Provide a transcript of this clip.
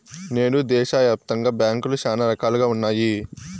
నేడు దేశాయాప్తంగా బ్యాంకులు శానా రకాలుగా ఉన్నాయి